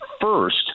first